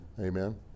Amen